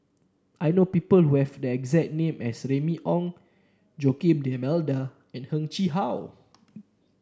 I know people who have the exact name as Remy Ong Joaquim D'Almeida and Heng Chee How